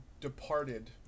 departed